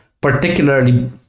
particularly